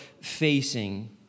facing